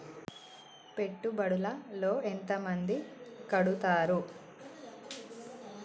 పెట్టుబడుల లో ఎంత మంది కడుతరు?